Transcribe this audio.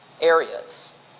areas